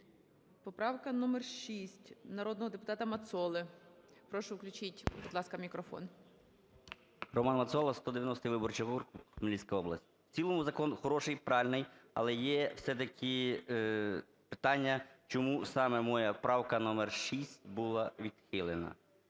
Поправка номер 6 народного депутата Мацоли. Прошу, включіть, будь ласка, мікрофон. 13:27:57 МАЦОЛА Р.М. Роман Мацола, 190 виборчий округ, Хмельницька область. В цілому закон хороший і правильний, але є все-таки питання, чому саме моя правка номер 6 була відхилена?